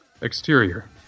Exterior